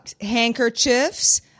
Handkerchiefs